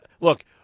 look